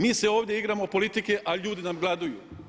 Mi se ovdje igramo politike, a ljudi nam gladuju.